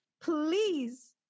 Please